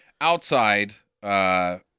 Outside